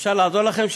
אפשר לעזור לכם שם?